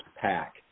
pack